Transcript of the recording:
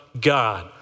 God